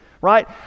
right